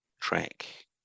track